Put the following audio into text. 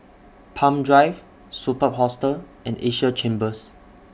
Palm Drive Superb Hostel and Asia Chambers